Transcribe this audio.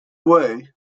way